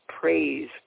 praise